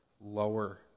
lower